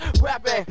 Rapping